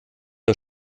der